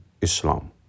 Islam